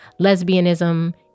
lesbianism